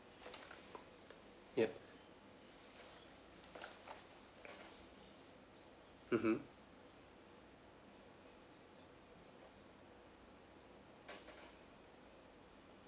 yup mmhmm